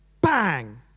Bang